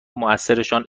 موثرشان